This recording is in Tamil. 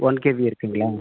ஒன் கேபி இருக்குதுங்களா